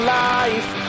life